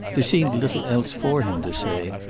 there seemed little else for him to say,